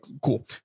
Cool